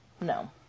No